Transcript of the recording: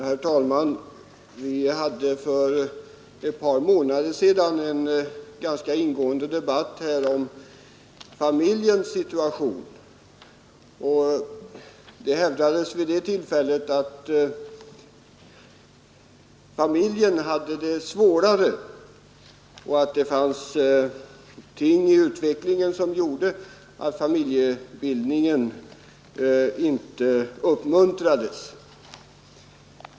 Herr talman! Vi hade för ett par månader sedan en ganska ingående debatt här om familjens situation. Det hävdades vid det tillfället att familjen hade det svårare och att det fanns inslag i utvecklingen som gjorde att familjebildningen inte uppmuntrades.